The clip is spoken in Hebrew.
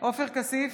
עופר כסיף,